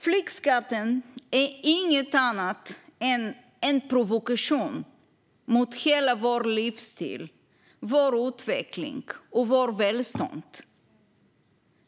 Flygskatten är ingenting annat än en provokation mot hela vår livsstil, vår utveckling och vårt välstånd.